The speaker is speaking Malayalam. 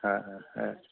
ആ ആ ആ